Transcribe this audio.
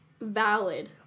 valid